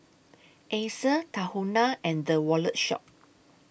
Acer Tahuna and The Wallet Shop